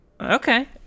Okay